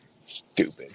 Stupid